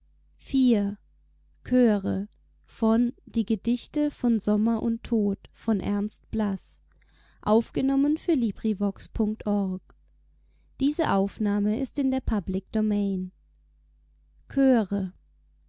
die gedichte von